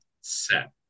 set